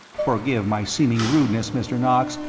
forgive my seeming rudeness, mr. knox,